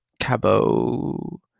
Cabo